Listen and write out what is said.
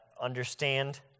understand